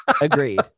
agreed